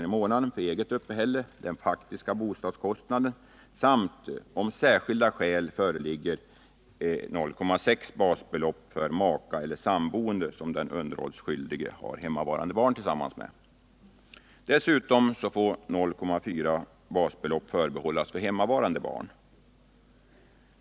i månaden för eget uppehälle —, den faktiska bostadskostnaden samt, om särskilda skäl föreligger, 0,6 basbelopp för maka eller sammanboende som den underhållsskyldige har hemmavarande barn tillsammans med. Dessutom får 0,4 basbelopp förbehållas för hemmavarande barn.